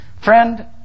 Friend